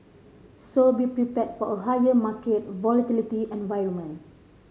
so be prepared for a higher market volatility environment